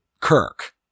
Kirk